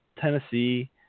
Tennessee